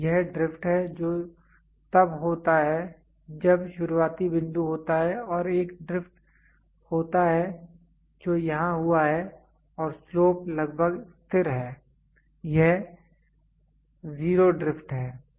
तो यह ड्रिफ्ट है जो तब होता है जब शुरुआती बिंदु होता है और एक ड्रिफ्ट होता है जो यहां हुआ है और स्लोप लगभग स्थिर है यह जीरो ड्रिफ्ट है